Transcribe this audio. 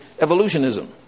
evolutionism